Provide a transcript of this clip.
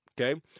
okay